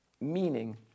meaning